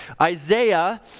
Isaiah